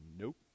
Nope